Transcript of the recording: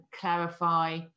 clarify